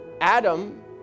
Adam